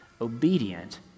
obedient